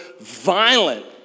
violent